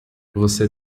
você